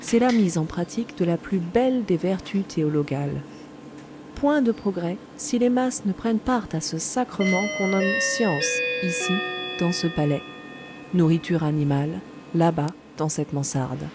c'est la mise en pratique de la plus belle des vertus théologales point de progrès si les masses ne prennent part à ce sacrement qu'on nomme science ici dans ce palais nourriture animale là-bas dans cette mansarde